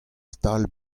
stal